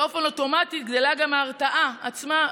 באופן אוטומטי גדלה גם ההרתעה עצמה,